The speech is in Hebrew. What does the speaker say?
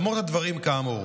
למרות הדברים האמורים,